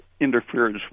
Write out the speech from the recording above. interferes